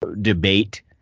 debate